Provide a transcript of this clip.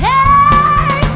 Hey